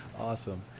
Awesome